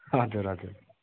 हजुर हजुर